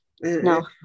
No